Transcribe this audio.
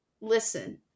listen